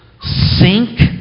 sink